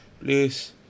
Please